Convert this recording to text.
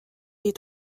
you